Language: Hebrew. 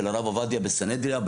של הרב עובדיה בסנהדריה,